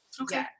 Okay